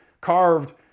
carved